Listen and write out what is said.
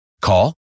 Call